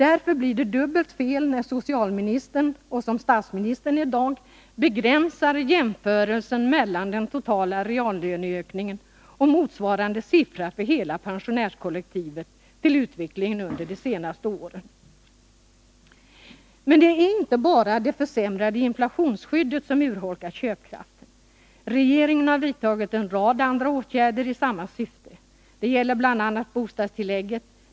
Därför blir det dubbelt fel när socialministern, och i dag även statsministern, begränsar jämförelsen mellan den totala reallöneökningen och motsvarande siffra för hela pensionärskollektivet till att gälla utvecklingen under de senaste åren. Men det är inte bara det försämrade inflationsskyddet som urholkar köpkraften. Regeringen har vidtagit en rad andra åtgärder i samma syfte. Det gäller bl.a. bostadstillägget.